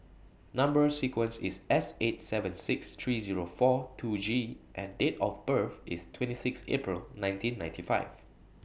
Number sequence IS S eight seven six three Zero four two G and Date of birth IS twenty six April nineteen ninety five